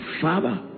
father